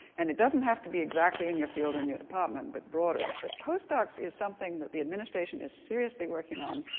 and it doesn't have to be exactly in your field or in your department, but broader. but postdocs is something that the administration is seriously working on.